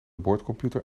boordcomputer